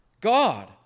god